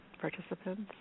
participants